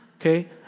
okay